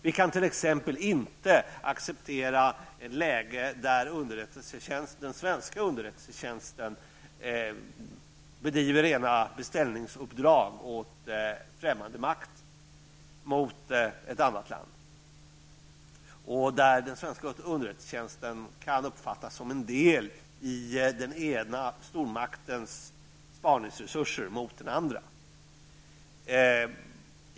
Vi kan t.ex. inte acceptera ett läge där den svenska underrättelsetjänsten åt främmande makt utför rena beställningsuppdrag riktade mot ett annat land. Den svenska underrättelsetjänsten kan i så fall uppfattas som en del i den ena stormaktens spaningsresurser gentemot den andra.